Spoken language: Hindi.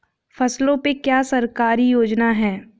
फसलों पे क्या सरकारी योजना है?